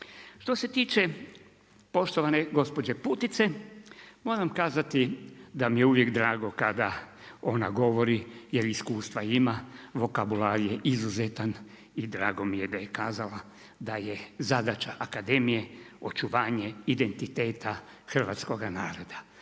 Što se tiče poštovane gospođe Putice, moram kazati da mi je uvijek drago kada ona govori, jer iskustva ima, vokabular je izuzetan i drago mi je da je kazala, da je zadaća Akademija očuvanje identiteta Hrvatskoga naroda.